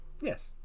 Yes